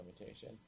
limitation